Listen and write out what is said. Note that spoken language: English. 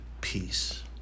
peace